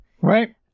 Right